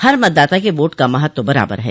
हर मतदाता के वोट का महत्व बराबर है